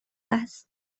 است